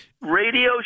Radio